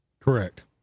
Correct